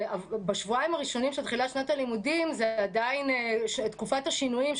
בשבועיים הראשונים של תחילת שנת הלימודים יש עדיין את תקופת השינויים,